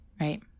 right